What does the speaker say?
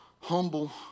humble